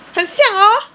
很像 hor